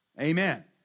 Amen